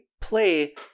play